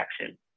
action